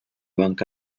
banca